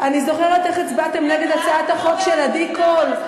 אני זוכרת איך הצבעתם נגד הצעת החוק של עדי קול.